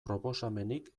proposamenik